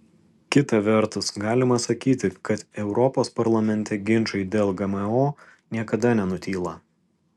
kita vertus galima sakyti kad europos parlamente ginčai dėl gmo niekada nenutyla